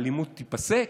האלימות תיפסק?